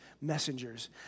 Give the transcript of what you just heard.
messengers